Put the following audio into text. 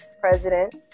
President